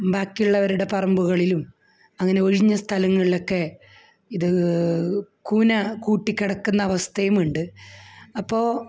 ബാക്കിയുള്ളവരുടെ പറമ്പുകളിലും അങ്ങനെ ഒഴിഞ്ഞ സ്ഥലങ്ങളിലൊക്കെ ഇത് കൂന കൂട്ടിക്കിടക്കുന്ന അവസ്ഥയുമുണ്ട് അപ്പോള്